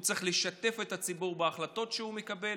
הוא צריך לשתף את הציבור בהחלטות שהוא מקבל,